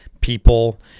people